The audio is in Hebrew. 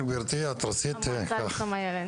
המועצה לשלום הילד